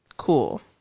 Cool